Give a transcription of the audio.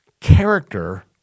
character